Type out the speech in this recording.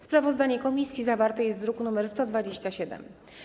Sprawozdanie komisji zawarte jest w druku nr 127.